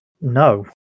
no